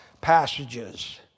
passages